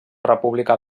república